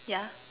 ya